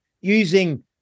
using